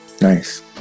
nice